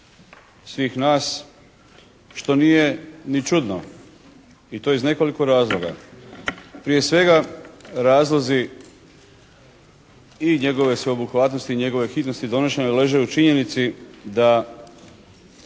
svih nas, što nije ni čudno. I to iz nekoliko razloga. Prije svega, razlozi i njegove sveobuhvatnosti i njegove hitnosti donošenja leže u činjenici da